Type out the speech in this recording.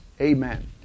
Amen